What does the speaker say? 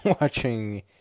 watching